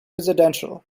residential